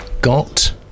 got